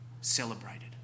celebrated